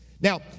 Now